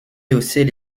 haussait